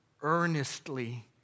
earnestly